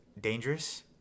dangerous